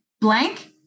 blank